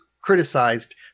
criticized